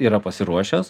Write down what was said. yra pasiruošęs